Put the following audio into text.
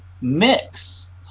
mix